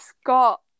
Scott